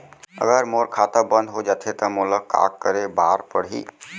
अगर मोर खाता बन्द हो जाथे त मोला का करे बार पड़हि?